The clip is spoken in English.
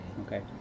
Okay